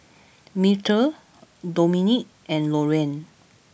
Myrtle Dominick and Loraine